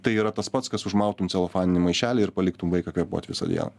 tai yra tas pats kas užmautum celofaninį maišelį ir paliktum vaiką kvėpuot visą dieną